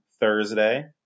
Thursday